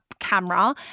camera